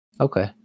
Okay